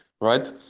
right